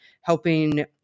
helping